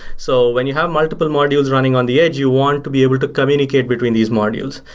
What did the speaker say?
so when you have multiple modules running on the edge, you want to be able to communicate between these modules.